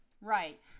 Right